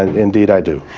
and indeed i do.